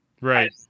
Right